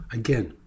again